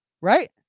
Right